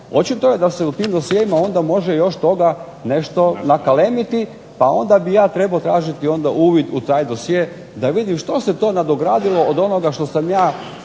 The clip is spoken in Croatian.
Očito je da se u tim dosjeima onda može još toga nešto nakalemiti pa onda bih ja trebao tražiti onda uvid u taj dosje da vidim što se to nadogradilo od onoga što sam ja